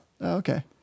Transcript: Okay